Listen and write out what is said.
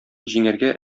җиңәргә